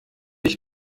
ich